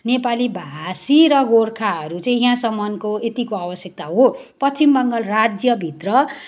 नेपालीभाषी र गोर्खाहरू चाहिँ यहाँसम्मको यतिको आवश्यकता हो पश्चिम बङ्गाल राज्यभित्र